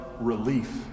relief